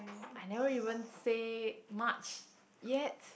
I never even say much yet